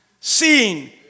seeing